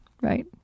right